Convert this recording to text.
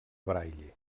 braille